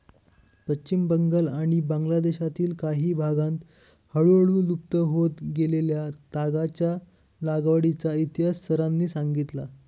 पश्चिम बंगाल आणि बांगलादेशातील काही भागांत हळूहळू लुप्त होत गेलेल्या तागाच्या लागवडीचा इतिहास सरांनी सांगितला